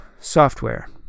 software